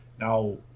Now